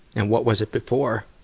and what was it before?